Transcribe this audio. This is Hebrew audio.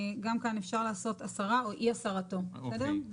גם כאן אפשר לעשות הסרה או אי הסרתו, בסדר?